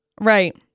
Right